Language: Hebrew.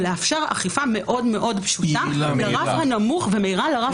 זה לאפשר אכיפה מאוד פשוטה ומהירה לרף